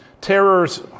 terrors